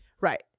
Right